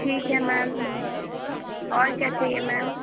ठीक है मैम और क्या चहिए मैम